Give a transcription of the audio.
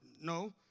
No